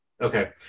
Okay